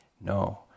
No